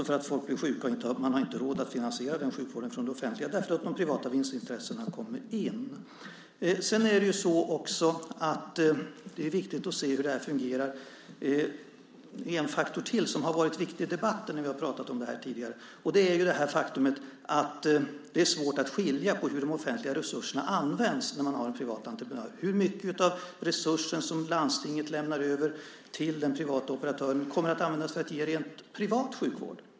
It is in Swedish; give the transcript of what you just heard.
Folk blir sjuka och man har inte råd att finansiera den sjukvården från det offentliga för att de privata vinstintressena kommer in. Det är viktigt att se hur det här fungerar. En faktor till som har varit viktig i debatten när vi har pratat om det här tidigare är att det är svårt att skilja på hur de offentliga resurserna används när man har en privat entreprenör. Hur mycket av resursen som landstinget lämnar över till den privata operatören kommer att användas för att ge rent privat sjukvård?